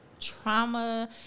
trauma